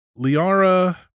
Liara